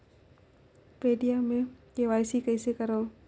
Paytm मे KYC कइसे करव?